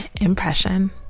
impression